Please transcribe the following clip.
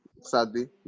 sadly